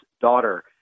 daughter